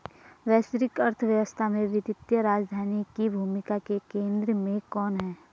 वैश्विक अर्थव्यवस्था में वित्तीय राजधानी की भूमिका के केंद्र में कौन है?